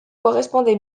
correspondait